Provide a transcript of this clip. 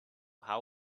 how